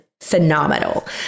phenomenal